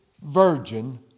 virgin